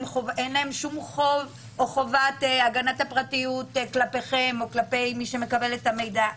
אין להן שום חובת הגנת הפרטיות כלפיכם או כלפי מי שמקבל את המידע.